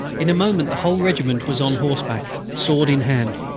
in a moment the whole regiment was on horseback, sword in hand.